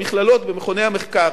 במכללות, במכוני המחקר,